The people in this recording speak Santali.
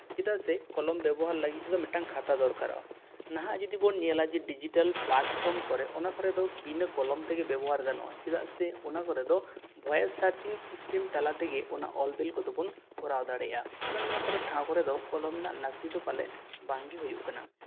ᱪᱮᱫᱟᱜ ᱥᱮ ᱠᱚᱞᱚᱢ ᱵᱮᱵᱚᱦᱟᱨ ᱞᱟᱹᱜᱤᱫ ᱛᱮᱫᱚ ᱢᱤᱫᱴᱟᱝ ᱠᱷᱟᱛᱟ ᱫᱚᱨᱠᱟᱨᱚᱜᱼᱟ ᱱᱟᱦᱟᱜ ᱡᱩᱫᱤ ᱵᱚᱱ ᱧᱮᱞᱟ ᱡᱮ ᱰᱤᱡᱤᱴᱮᱞ ᱯᱞᱟᱴᱯᱷᱚᱨᱢ ᱠᱚᱨᱮ ᱚᱱᱟ ᱠᱚᱨᱮ ᱫᱚ ᱚᱱᱟ ᱠᱚᱨᱮ ᱫᱚ ᱵᱤᱱᱟᱹ ᱠᱚᱞᱚᱢ ᱛᱮᱜᱮ ᱵᱮᱵᱚᱦᱟᱨ ᱜᱟᱱᱚᱜᱼᱟ ᱪᱮᱫᱟᱜ ᱥᱮ ᱚᱱᱟ ᱠᱚᱨᱮ ᱫᱚ ᱵᱷᱚᱭᱮᱥ ᱥᱟᱨᱪᱤᱝ ᱥᱤᱥᱴᱮᱢ ᱛᱟᱞᱟ ᱛᱮᱜᱮ ᱚᱱᱟ ᱚᱞᱼᱵᱤᱞ ᱠᱚᱫᱚ ᱵᱚᱱ ᱠᱚᱨᱟᱣ ᱫᱟᱲᱮᱭᱟᱜᱼᱟ ᱚᱱᱮ ᱚᱱᱟ ᱴᱷᱟᱶ ᱠᱚᱨᱮ ᱫᱚ ᱠᱚᱞᱚᱢ ᱨᱮᱱᱟᱜ ᱞᱟᱹᱠᱛᱤ ᱫᱚ ᱯᱟᱞᱮ ᱵᱟᱝᱜᱮ ᱦᱩᱭᱩᱜ ᱠᱟᱱᱟ